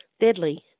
Deadly